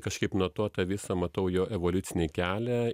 kažkaip nuo to tą visą matau jo evoliucinį kelią